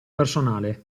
personale